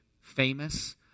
famous